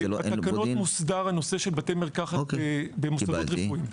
זה לא -- בתקנון מוסדר הנושא של בתי מרקחת במוסדות רפואיים.